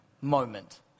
moment